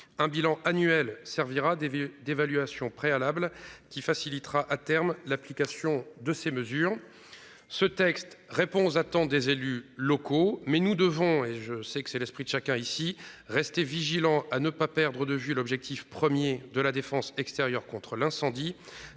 Un bilan annuel servira des vieux d'évaluation préalable qui facilitera à terme l'application de ces mesures. Ce texte répond aux attentes des élus locaux mais nous devons et je sais que c'est l'esprit de chacun ici rester vigilants à ne pas perdre de vue l'objectif 1er de la défense extérieure contre l'incendie,